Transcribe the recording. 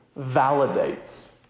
validates